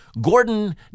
Gordon